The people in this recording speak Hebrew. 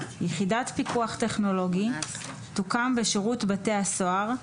3ג. (א) יחידת פיקוח טכנולוגי תוקם בשירות בתי הסוהר,